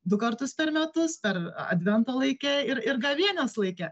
du kartus per metus per advento laike ir ir gavėnios laike